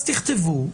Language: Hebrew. אז תכתבו.